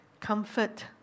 comfort